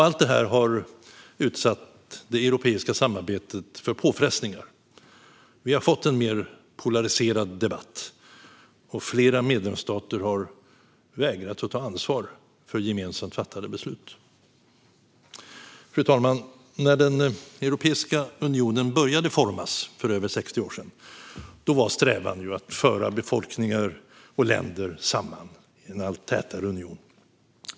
Allt detta har utsatt det europeiska samarbetet för påfrestningar. Vi har fått en mer polariserad debatt, och flera medlemsstater har vägrat att ta ansvar för gemensamt fattade beslut. Fru talman! När Europeiska unionen började formas för över 60 år sedan var strävan att föra befolkningar och länder samman i en allt tätare union.